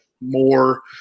more